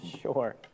Sure